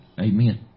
Amen